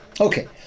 Okay